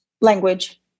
Language